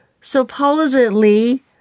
supposedly